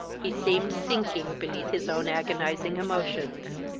he seemed sinking beneath his own agonizing emotions.